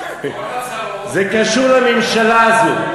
השאלה, מה עשית, זה קשור לממשלה הזאת.